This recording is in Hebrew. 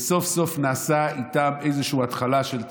וסוף-סוף נעשתה איתם איזה התחלה של צדק,